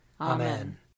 Amen